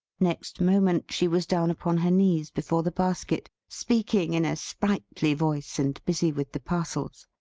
next moment, she was down upon her knees before the basket speaking in a sprightly voice, and busy with the parcels.